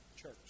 church